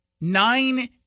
nine